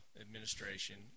administration